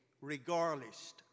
regardless